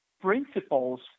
principles